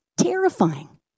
terrifying